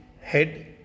head